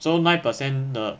so nine percent 的